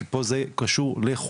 כי פה זה קשור לכולנו,